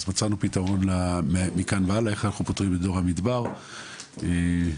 אז מצאנו פתרון לאיך אנחנו פותרים את ״דור המדבר״ מכאן והלאה.